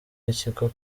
y’ikigo